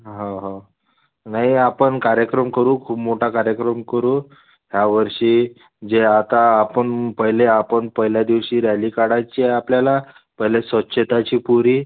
हो हो नाही आपण कार्यक्रम करू खूप मोठा कार्यक्रम करू ह्यावर्षी जे आता आपण पहिले आपण पहिल्या दिवशी रॅली काढायची आहे आपल्याला पहिले स्वच्छताची पूरी